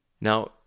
Now